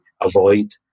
avoid